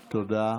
תודה.